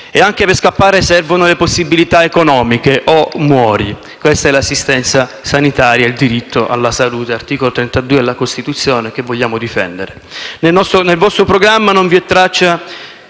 e anche per scappare servono le possibilità economiche - o muori. Questa è l'assistenza sanitaria e il diritto alla salute, sancito dall'articolo 32 della Costituzione, che vogliamo difendere.